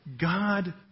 God